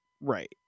Right